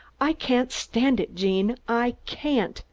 i can't stand it, gene, i can't!